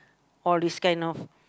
all this kind of